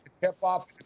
tip-off